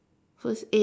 so it's eight